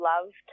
loved